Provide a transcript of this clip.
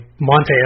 Monte